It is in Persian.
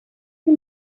این